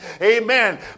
Amen